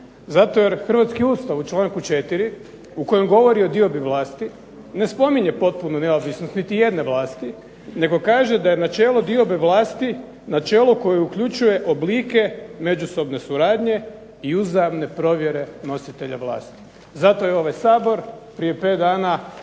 zato jer Hrvatski ustav u članku 4. u kojem govori o diobi vlasti ne spominje potpunu neovisnost niti jedne vlasti nego kaže da je načelo diobe vlasti načelo koje uključuje oblike međusobne suradnje i uzajamne provjere nositelja vlasti. Zato je ovaj Sabor prije 5 dana,